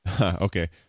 Okay